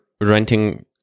renting